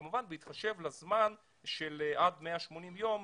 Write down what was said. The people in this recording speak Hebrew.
כמובן, בהתחשב בזמן של עד 180 יום,